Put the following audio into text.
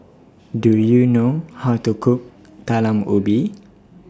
Do YOU know How to Cook Talam Ubi